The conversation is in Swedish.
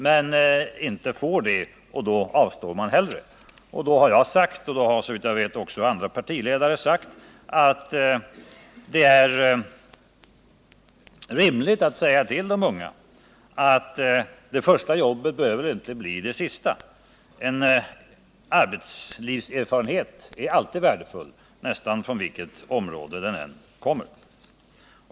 Får man då inte det, så avstår man hellre. Då har jag sagt, och det har såvitt jag vet också andra partiledare sagt, att det är rimligt att påpeka för de unga att det första jobbet inte behöver bli det sista. En arbetslivserfarenhet är alltid värdefull, nästan från vilket område den än kommer.